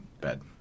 bed